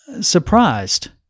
surprised